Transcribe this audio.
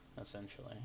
essentially